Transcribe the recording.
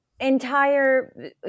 entire